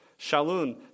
Shalun